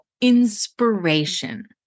inspiration